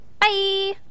Bye